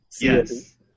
Yes